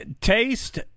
taste